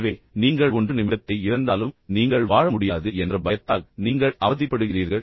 எனவே நீங்கள் 1 நிமிடத்தை இழந்தாலும் நீங்கள் வாழ முடியாது என்ற பயத்தால் நீங்கள் அவதிப்படுகிறீர்கள்